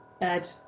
Ed